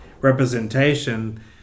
representation